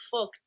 Fuck